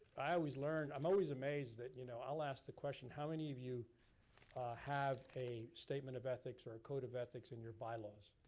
i always learn, i'm always amazed that you know i'll ask the question, how many of you have a statement of ethics or a code of ethics in your bylaws?